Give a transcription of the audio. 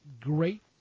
great